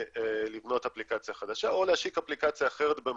ולבנות אפליקציה חדשה או להשיק אפליקציה אחרת במקביל.